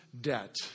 Debt